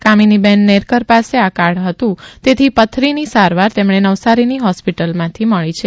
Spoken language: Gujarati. કામિનીબેન નેરકર પાસે આ કાર્ડ હતું તેથી પથરીની સારવાર તેમણે નવસારીની હોસ્પિટલથી મળી છે